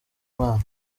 umwana